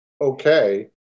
okay